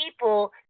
people